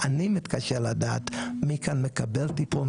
אני מתקשה לדעת מי כאן מקבל טיפול,